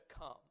come